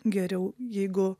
geriau jeigu